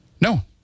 No